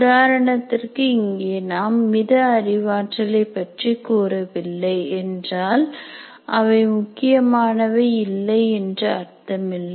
உதாரணத்திற்கு இங்கே நாம் மித அறிவாற்றலை பற்றி கூறவில்லை என்றால் அவை முக்கியமானவை இல்லை என்று அர்த்தம் இல்லை